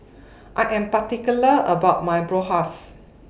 I Am particular about My Bratwurst